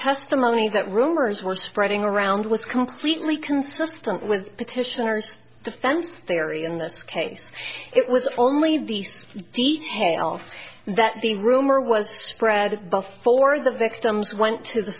testimony that rumors were spreading around was completely consistent with petitioners defense theory in this case it was only the details that the rumor was spread but for the victims went to the